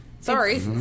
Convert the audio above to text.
Sorry